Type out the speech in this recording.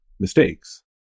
mistakes